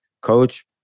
coach